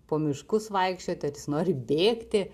po miškus vaikščioti ar jis nori bėgti